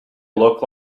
look